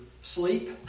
sleep